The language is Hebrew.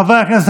חברי הכנסת,